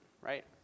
right